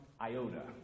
iota